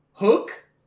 Hook